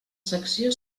secció